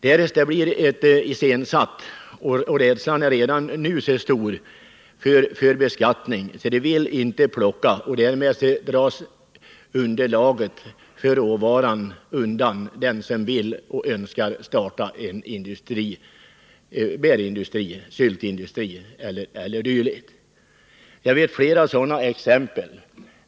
Därest det blir beskattning — och rädslan härför är redan nu stor — vill de inte plocka och därmed blir det ingen råvara för dem som önskar starta en bärindustri, en syltindustri e. d. Och då törs de icke starta. Jag kan ge flera exempel.